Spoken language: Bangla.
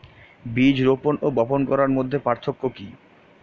বীজ রোপন ও বপন করার মধ্যে পার্থক্য কি?